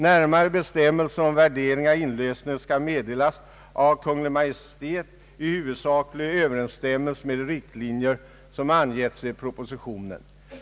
Närmare bestämmelser om värderingen vid inlösen skall meddelas av Kungl. Maj:t i huvudsaklig överensstämmelse med riktlinjer som angetts i propositionen.